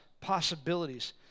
possibilities